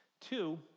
Two